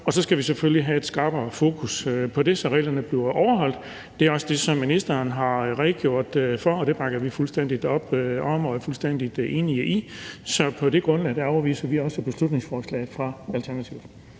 og så skal vi selvfølgelig have et skarpere fokus på det, så reglerne bliver overholdt. Det er også det, som ministeren har redegjort for, og det bakker vi fuldstændig op om og er fuldstændig enige i. Så på det grundlag afviser vi også beslutningsforslaget fra Alternativet.